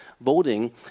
voting